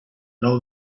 nou